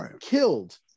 killed